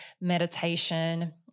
meditation